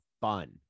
fun